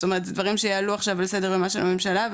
זאת אומרת זה דברים שיעלו עכשיו לסדר יומה של הממשלה,